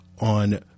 on